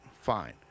fine